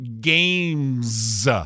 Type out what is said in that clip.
games